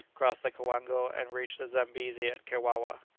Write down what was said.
crossed the coango, and reached the zambesi at kewawa.